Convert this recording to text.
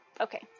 Okay